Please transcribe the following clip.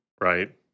Right